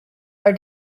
are